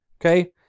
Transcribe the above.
Okay